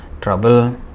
trouble